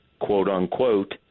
quote-unquote